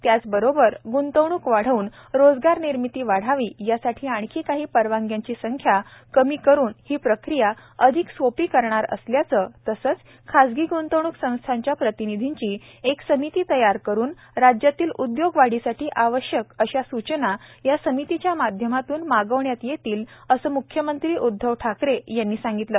त्याच बरोबर गृंतवणुक वाढ़न रोजगार निर्मिती वाढावी यासाठी आणखी काही परवानग्यांची संख्या कमी करुन ही प्रक्रीया अधिक सोपी करणार असल्याचे तसेच खासगी गृंतवणूक संस्थांच्या प्रतिनीधींची एक समिती तयार करून राज्यातील उदयोगवाढीसाठी आवश्यक अशा सूचना या समितीच्या माध्यमातून मागविण्यात येतील असे मुख्यमंत्री उद्धव ठाकरे यांनी सांगितले